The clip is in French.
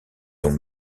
longs